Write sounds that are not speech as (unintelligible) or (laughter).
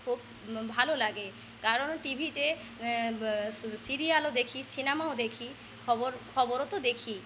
খুব ভালো লাগে কারণ টিভিতে (unintelligible) সিরিলায়ও দেখি সিনেমাও দেখি খবর খবরও তো দেখি